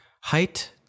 height